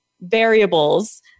variables